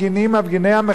מפגיני המחאה,